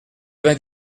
vingt